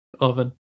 oven